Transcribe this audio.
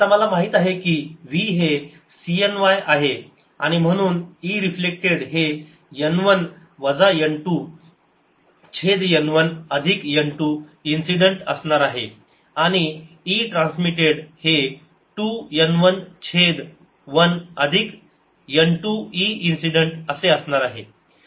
आता मला माहित आहे की v हे c n y आहे आणि म्हणून e रिफ्लेक्टेड हे n 1 वजा n2 छेद n 1 अधिक n 2 इन्सिडेंट असणार आहे आणि e ट्रान्समिटेड हे 2 n 1 छेद 1 अधिक n 2 e इन्सिडेंट असे असणार आहे